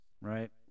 right